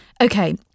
Okay